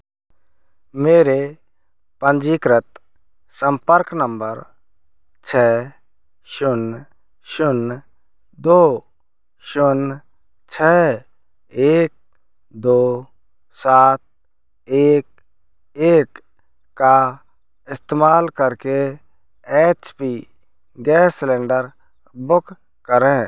मेरे पंजीकृत संपर्क नंबर छः शून्य शून्य दो शून्य छः एक दो सात एक एक का इस्तेमाल करके H P gas cylinder book करें